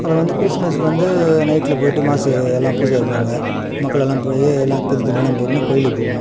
அப்புறம் வந்து கிறிஸ்மஸுக்கு வந்து நைட்டில் போய்ட்டு மாஸு எல்லாம் பூஜை வைப்பாங்க மக்கள் எல்லாம் போய் எல்லாம் புது துணிலாம் போட்டுனு கோவிலுக்கு போவோம்